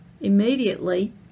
Immediately